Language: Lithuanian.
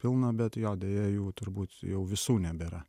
pilna bet jo deja jų turbūt jau visų nebėra